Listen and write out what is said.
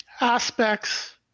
aspects